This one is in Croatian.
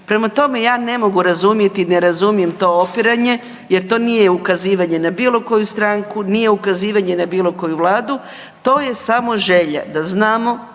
Prema tome, ja ne mogu razumjeti i ne razumijem to opiranje jer to nije ukazivanje na bilo koju stranku, nije ukazivanje na bilo koju vladu to je samo želja da znamo